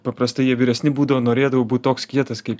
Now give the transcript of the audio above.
paprastai jie vyresni būdavo norėdavau būt toks kietas kaip